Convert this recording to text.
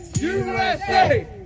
USA